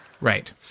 Right